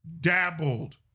dabbled